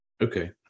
Okay